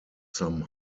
some